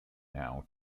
now